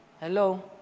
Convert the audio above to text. Hello